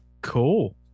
Cool